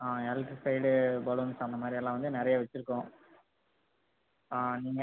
ஆ balloons அந்த மாதிரி எல்லாம் வந்து நிறையா வச்சுருக்கோம் ஆ நீங்கள்